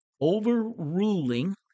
overruling